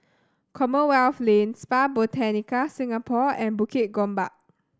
Commonwealth Lane Spa Botanica Singapore and Bukit Gombak